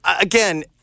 again